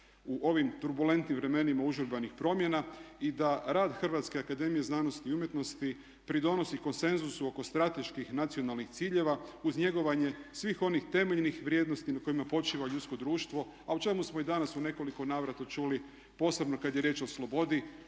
u ovim turbulentnim vremenima užurbanih promjena i da rad Hrvatske akademije znanosti i umjetnosti pridonosi konsenzusu oko strateških nacionalnih ciljeva uz njegovanje svih onih temeljnih vrijednosti na kojima počiva ljudsko društvo, a o čemu smo i danas u nekoliko navrata čuli posebno kad je riječ o slobodi